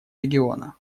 региона